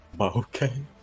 okay